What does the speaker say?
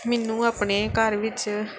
ਮੈਨੂੰ ਆਪਣੇ ਘਰ ਵਿੱਚ